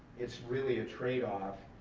it's really a trade off